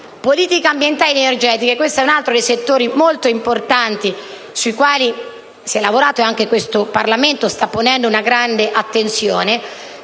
politiche ambientali ed energetiche è un altro dei settori molto importanti su cui si è lavorato e anche questo Parlamento sta ponendo una grande attenzione,